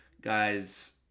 guys